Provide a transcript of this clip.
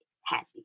happy